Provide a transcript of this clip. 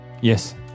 Yes